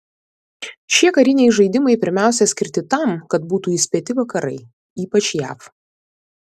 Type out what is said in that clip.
šie kariniai žaidimai pirmiausia skirti tam kad būtų įspėti vakarai ypač jav